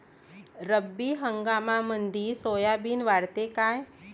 रब्बी हंगामामंदी सोयाबीन वाढते काय?